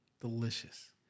Delicious